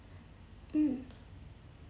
mm